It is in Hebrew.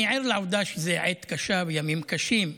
אני ער לעובדה שזו עת קשה וימים קשים,